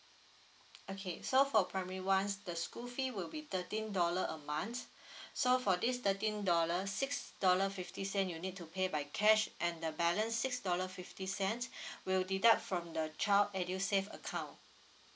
okay so for primary one the school fee will be thirteen dollar a month so for this thirteen dollar six dollar fifty cent you need to pay by cash and the balance six dollar fifty cents will deduct from the child edu save account